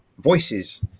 voices